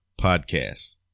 podcast